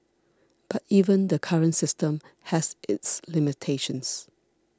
but even the current system has its limitations